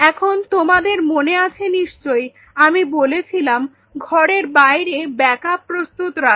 এখন তোমাদের মনে আছে নিশ্চয়ই আমি বলেছিলাম বাইরের ঘরে ব্যাকআপ প্রস্তুত রাখতে